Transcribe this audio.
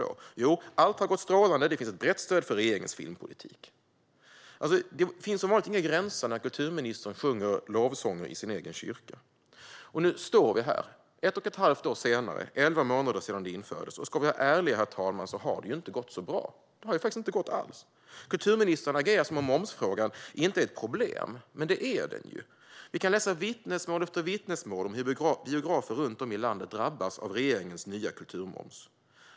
Jo, att allt har gått strålande och att det finns ett brett stöd för regeringens filmpolitik! Det finns som vanligt inga gränser när kulturministern sjunger lovsånger i sin egen kyrka. Nu står vi här, ett och ett halvt år senare. Det är elva månader sedan detta infördes. Om vi ska vara ärliga, herr talman, har det inte gått så bra. Det har faktiskt inte gått alls. Kulturministern agerar som om momsfrågan inte är ett problem, men det är den ju. Vi kan läsa vittnesmål efter vittnesmål om hur biografer runt om i landet drabbas av regeringens nya kulturmoms.